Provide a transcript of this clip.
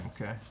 Okay